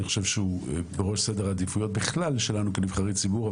אני חושב שהוא בראש סדר העדיפויות בכלל שלנו כנבחרי ציבור,